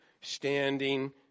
standing